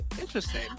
interesting